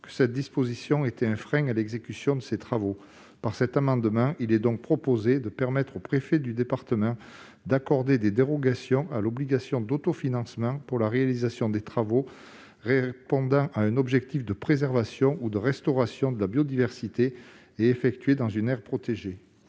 que cette disposition était un frein à l'exécution de ces travaux. Il est donc proposé, par cet amendement, de permettre au préfet de département d'accorder une dérogation à l'obligation d'autofinancement pour la réalisation de travaux répondant à un objectif de préservation ou de restauration de la biodiversité et effectués dans une aire protégée.